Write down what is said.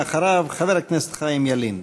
ואחריו, חבר הכנסת חיים ילין.